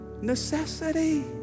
necessity